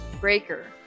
Breaker